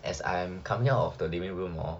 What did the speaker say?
as I am coming out of the living room orh